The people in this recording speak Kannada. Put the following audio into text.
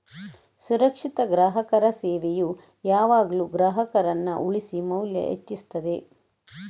ಸುರಕ್ಷಿತ ಗ್ರಾಹಕರ ಸೇವೆಯು ಯಾವಾಗ್ಲೂ ಗ್ರಾಹಕರನ್ನ ಉಳಿಸಿ ಮೌಲ್ಯ ಹೆಚ್ಚಿಸ್ತದೆ